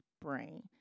brain